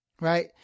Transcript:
Right